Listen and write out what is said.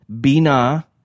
Bina